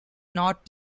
not